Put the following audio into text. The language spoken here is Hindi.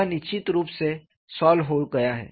यह निश्चित रूप से सॉल्व हो गया है